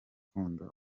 ukunda